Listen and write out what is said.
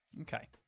okay